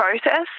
process